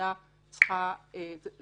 שהוועדה צריכה להחליט עליו.